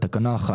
בתקנה 1